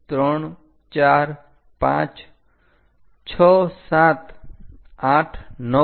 123456789 અને 10